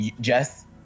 Jess